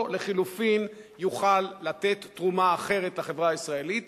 או לחלופין יוכל לתת תרומה אחרת לחברה הישראלית,